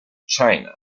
china